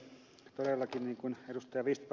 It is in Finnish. todellakin niin kuin ed